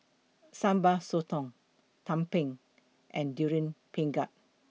Sambal Sotong Tumpeng and Durian Pengat